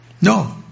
No